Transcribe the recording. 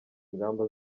ingamba